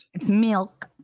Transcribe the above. milk